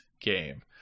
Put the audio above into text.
game